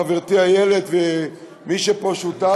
לחברתי איילת ולמי שפה שותף: